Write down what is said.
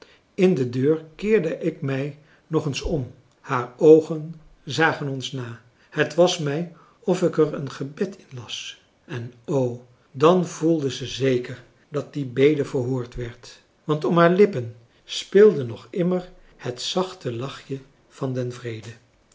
in de deur keerde ik mij nog eens om haar oogen zagen ons na het was mij of ik er een gebed in las en o dan voelde ze zeker dat die bede verhoord werd want om haar lippen speelde nog immer het zachte lachje van den vrede